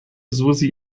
susi